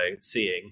seeing